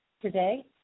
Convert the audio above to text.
today